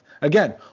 Again